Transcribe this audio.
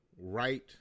right